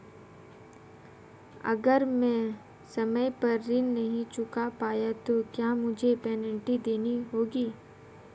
अगर मैं समय पर ऋण नहीं चुका पाया तो क्या मुझे पेनल्टी देनी होगी?